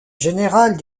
général